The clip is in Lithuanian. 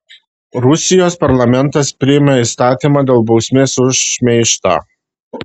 rusijos parlamentas priėmė įstatymą dėl bausmės už šmeižtą